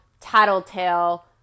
tattletale